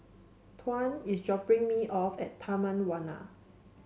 Tuan is dropping me off at Taman Warna